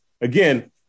Again